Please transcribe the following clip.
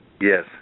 Yes